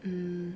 hmm